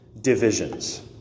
divisions